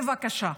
בבקשה.